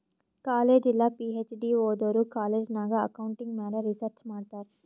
college ಇಲ್ಲ PhD ಓದೋರು college ನಾಗ್ ಅಕೌಂಟಿಂಗ್ ಮ್ಯಾಲ ರಿಸರ್ಚ್ ಮಾಡ್ತಾರ್